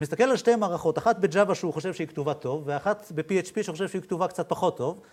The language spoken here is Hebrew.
מסתכל על שתי מערכות, אחת ב-Java שהוא חושב שהיא כתובה טוב, ואחת ב-PHP שהוא חושב שהיא כתובה קצת פחות טוב